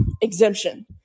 exemption